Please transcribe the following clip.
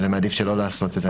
אז אני מעדיף שלא לעשות את זה.